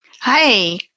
Hi